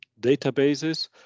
databases